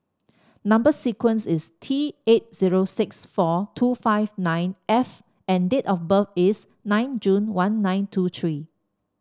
number sequence is T eight zero six four two five nine F and date of birth is nine June one nine two three